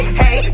hey